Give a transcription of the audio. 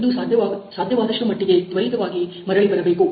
ಇದು ಸಾಧ್ಯವಾದಷ್ಟು ಮಟ್ಟಿಗೆ ತ್ವರಿತವಾಗಿ ಮರಳಿ ಬರಬೇಕು